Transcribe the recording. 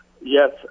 Yes